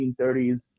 1930s